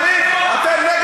תבדוק את עצמך לפני שאתם,